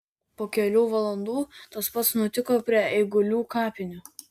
po kelių valandų tas pats nutiko prie eigulių kapinių